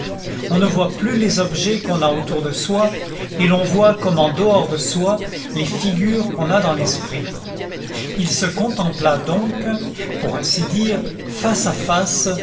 on ne voit plus les objets qu'on a autour de soi et l'on voit comme en dehors de soi les figures qu'on a dans l'esprit il se contempla donc pour ainsi dire face à face